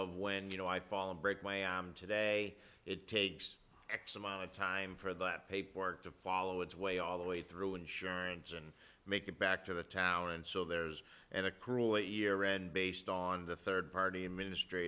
of when you know i fall and break my am today it takes x amount of time for that paperwork to follow its way all the way through insurance and make it back to the town and so there's an accrual a year end based on the third party ministr